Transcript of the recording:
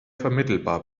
vermittelbar